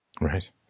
Right